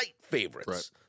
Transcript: favorites